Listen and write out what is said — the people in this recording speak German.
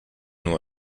nur